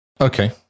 Okay